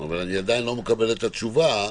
אני עדיין לא מקבל את התשובה.